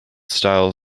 style